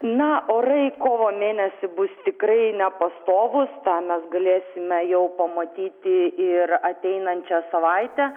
na orai kovo mėnesį bus tikrai nepastovūs tą mes galėsime jau pamatyti ir ateinančią savaitę